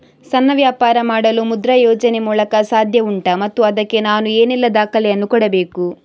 ಸಣ್ಣ ವ್ಯಾಪಾರ ಮಾಡಲು ಮುದ್ರಾ ಯೋಜನೆ ಮೂಲಕ ಸಾಧ್ಯ ಉಂಟಾ ಮತ್ತು ಅದಕ್ಕೆ ನಾನು ಏನೆಲ್ಲ ದಾಖಲೆ ಯನ್ನು ಕೊಡಬೇಕು?